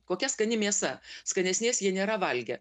kokia skani mėsa skanesnės jie nėra valgę